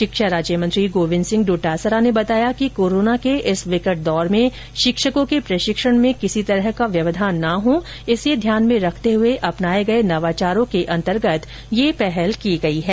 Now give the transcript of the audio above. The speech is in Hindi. शिक्षा राज्य मंत्री गोविन्द सिंह डोटासरा ने बताया कि कोरोना के इस विकट दौर में शिक्षकों के प्रशिक्षण में किसी तरह का व्यवधान नहीं हो इसे ध्यान में रखते हए अपनाए गए नवाचारों के अंतर्गत यह पहल की गई है